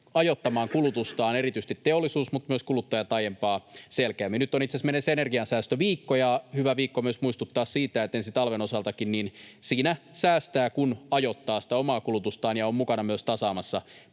aiempaa selkeämmin — erityisesti teollisuus, mutta myös kuluttajat. Nyt on itse asiassa menossa energiansäästöviikko ja on hyvä viikko myös muistuttaa siitä, että ensi talven osaltakin siinä säästää, kun ajoittaa sitä omaa kulutustaan ja on mukana myös tasaamassa